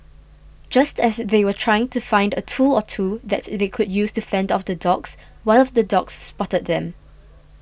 just as they were trying to find a tool or two that they could use to fend off the dogs one of the dogs spotted them